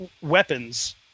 weapons